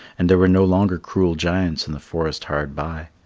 and there were no longer cruel giants in the forest hard by.